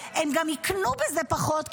הם גם יקנו בזה פחות,